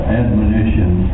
admonition